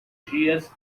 dias